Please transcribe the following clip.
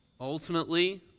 ultimately